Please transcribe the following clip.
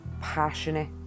passionate